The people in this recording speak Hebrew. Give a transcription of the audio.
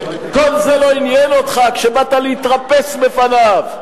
כל זה לא עניין אותך כשבאת להתרפס בפניו.